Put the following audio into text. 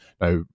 Now